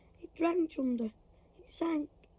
it drowned, chunder. it sank.